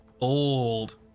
old